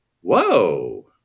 whoa